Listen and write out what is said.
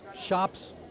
shops